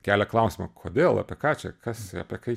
kelia klausimą kodėl apie ką čia kas apie kai